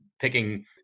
picking